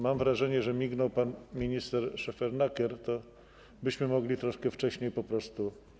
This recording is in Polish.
Mam wrażenie, że mignął pan minister Szefernaker, to byśmy mogli troszkę wcześniej po prostu.